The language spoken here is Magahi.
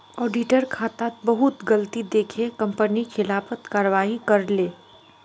ऑडिटर खातात बहुत गलती दखे कंपनी खिलाफत कारवाही करले